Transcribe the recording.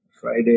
Friday